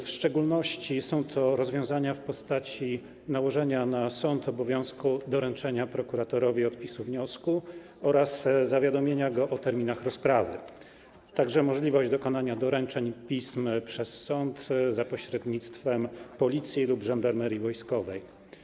W szczególności są to rozwiązania w postaci nałożenia na sąd obowiązku doręczenia prokuratorowi odpisu wniosku oraz zawiadomienia go o terminach rozprawy, a także rozwiązanie dotyczące możliwości dokonania doręczeń pism przez sąd za pośrednictwem Policji lub Żandarmerii Wojskowej.